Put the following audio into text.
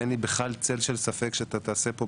אין לי בכלל צל של ספק שתעשה פה,